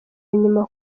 nyuma